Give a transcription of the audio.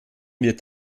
wird